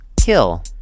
Kill